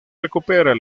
recupera